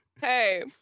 hey